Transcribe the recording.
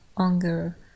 anger